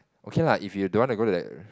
okay lah if you don't want to go to the